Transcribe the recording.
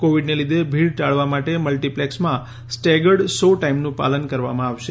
કોવિડને લીધે ભીડ ટાળવા માટે મલ્ટિપ્લેક્સમાં સ્ટેગર્ડ શો ટાઇમનું પાલન કરવામાં આવશે